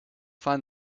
find